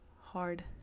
hard